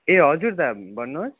ए हजुर दा भन्नुहोस्